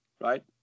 Right